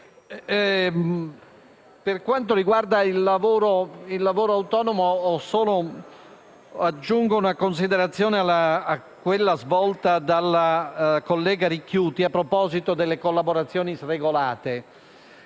Per quanto riguarda il lavoro autonomo, aggiungo solo una considerazione a quella svolta dalla collega Ricchiuti a proposito delle collaborazioni sregolate.